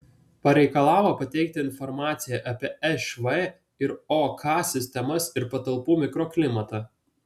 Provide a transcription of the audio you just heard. pareikalavo pateikti informaciją apie šv ir ok sistemas ir patalpų mikroklimatą